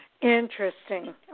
Interesting